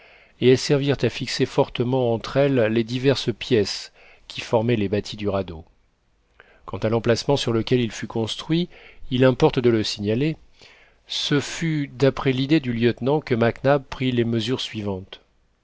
et elles servirent à fixer fortement entre elles les diverses pièces qui formaient les bâtis du radeau quant à l'emplacement sur lequel il fut construit il importe de le signaler ce fut d'après l'idée du lieutenant que mac nap prit les mesures suivantes